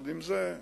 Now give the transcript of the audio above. עם זה,